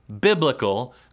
biblical